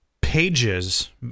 pages